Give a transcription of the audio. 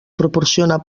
proporciona